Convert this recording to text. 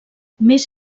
més